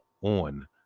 on